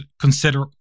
consider